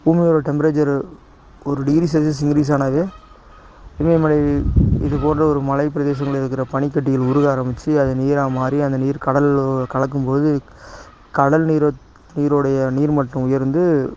பூமியோட டெம்ப்ரேச்சர் ஒரு degree Celsius இன்க்ரீஸானாவே இமயமலை இதுபோன்ற ஒரு மலைப்பிரதேசங்களில் இருக்கிற பனிக்கட்டிகள் உருக ஆரமிச்சி அது நீராக மாதிரி அந்த நீர் கடல்ல கலக்கும்போது கடல் நீரு நீரோடைய நீர்மட்டம் உயர்ந்து